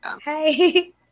hey